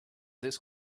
this